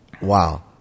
Wow